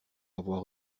avoir